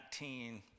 19